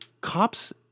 cops